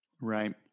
right